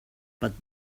but